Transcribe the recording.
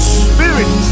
spirit